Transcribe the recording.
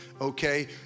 okay